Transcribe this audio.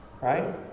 Right